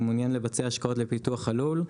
ומעוניין לבצע השקעות לפיתוח הלול,